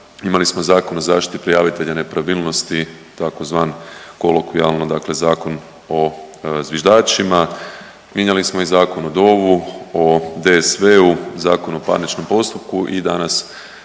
imali smo Zakon o zaštiti prijavitelja nepravilnosti tzv. kolokvijalno dakle Zakon o zviždačima, mijenjali smo i Zakon o DOV-u, o DSV-u, Zakon o parničnom postupku i danas